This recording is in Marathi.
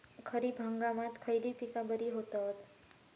खरीप हंगामात खयली पीका बरी होतत?